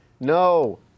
No